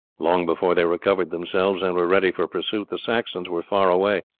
long before they recovered themselves, and were ready for pursuit, the saxons were far away,